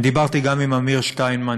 אני דיברתי גם עם אמיר שטיינמן,